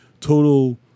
total